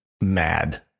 mad